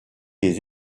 des